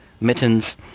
Mittens